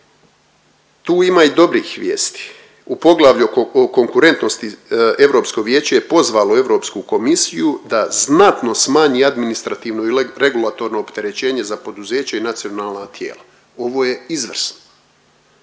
Tu ima i dobrih vijesti. U poglavlju o konkurentnosti Europsko vijeće je pozvalo Europsku komisiju da znatno smanji administrativno i regulatorno opterećenje za poduzeća i nacionalna tijela, ovo je izvrsno.